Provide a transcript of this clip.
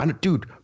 Dude